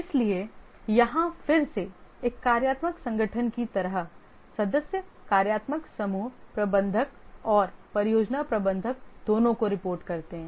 इसलिए यहां फिर से एक कार्यात्मक संगठन की तरह सदस्य कार्यात्मक समूह प्रबंधक और परियोजना प्रबंधक दोनों को रिपोर्ट करते हैं